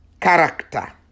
character